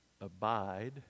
abide